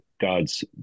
God's